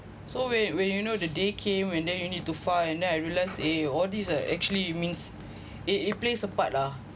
so when when you know the day came and then you need to file and then I realised eh all these uh actually means it it plays a part lah